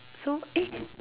so eh